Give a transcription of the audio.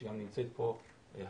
שגם נמצאת פה היום.